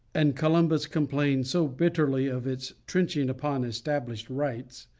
and columbus complained so bitterly of its trenching upon established rights,